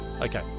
Okay